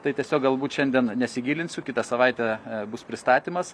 tai tiesiog galbūt šiandien nesigilinsiu kitą savaitę bus pristatymas